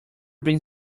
being